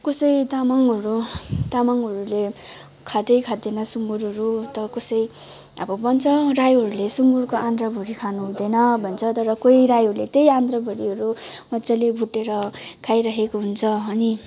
कसै तामाङहरू तामाङहरूले खाँदैखाँदैन सुँगुरहरू त कसै अब भन्छ राईहरूले सुँगुरको आन्द्रा भुँडी खानु हुँदैन भन्छ तर कोही राईहरूले त्यही भुँडीहरू मज्जाले भुटेर खाइरहेको हुन्छ अनि